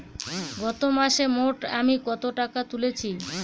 গত মাসে মোট আমি কত টাকা তুলেছি?